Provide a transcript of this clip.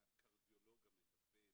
הקרדיולוג המטפל